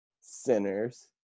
sinners